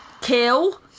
kill